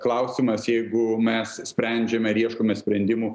klausimas jeigu mes sprendžiame ir ieškome sprendimų